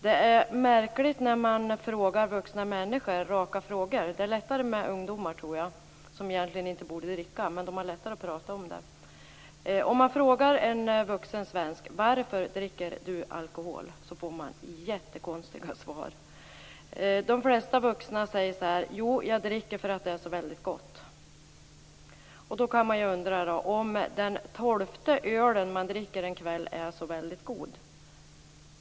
Det är märkliga svar man får av vuxna människor på raka frågor. Det är lättare att prata med ungdomar, som egentligen inte borde dricka, men de har lättare att prata om detta. När man frågar en vuxen svensk varför han dricker alkohol får man jättekonstiga svar. De flesta säger: Jo, jag dricker därför att det är så väldigt gott. Då kan man undra om den tolfte öl man dricker en kväll är så väldigt god.